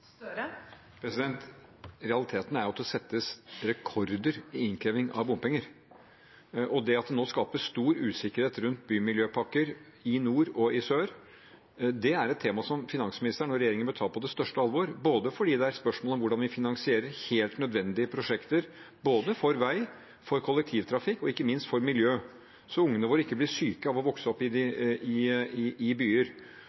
Støre – til oppfølgingsspørsmål. Realiteten er jo at det settes rekorder i innkreving av bompenger. Og det at det nå skapes stor usikkerhet rundt bymiljøpakker i nord og i sør, er et tema som finansministeren og regjeringen bør ta på største alvor, både fordi det er et spørsmål om hvordan vi finansierer helt nødvendige prosjekter, både for vei, for kollektivtrafikk og ikke minst for miljø, så ungene våre ikke blir syke av å vokse opp i